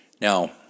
Now